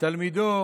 תלמידו